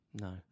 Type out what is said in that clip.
No